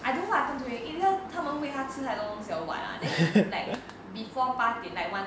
I don't know what happened to him either 他们喂它吃太多东西 or what lah then like before 八点 like one middle of the night then 他在那边叫